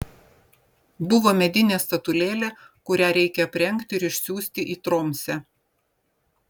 buvo medinė statulėlė kurią reikia aprengti ir išsiųsti į tromsę